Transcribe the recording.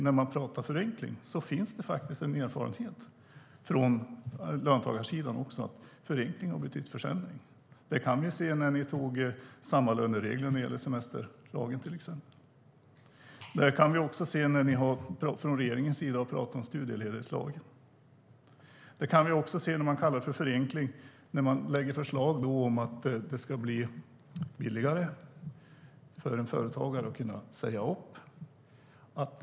När det gäller förenkling finns det faktiskt en erfarenhet på löntagarsidan av att förenkling har betytt försämring. Det kunde vi se när ni antog sammalöneregeln när det gäller semesterlagen, till exempel. Det här har vi kunnat se när ni från regeringens sida har pratat om studieledighetslagen. Det kan vi se när man kallar det för förenkling när man lägger fram förslag om att det ska bli billigare för en företagare att säga upp människor.